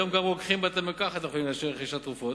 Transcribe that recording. היום גם רוקחים בבתי-מרקחת יכולים לאשר רכישת תרופות.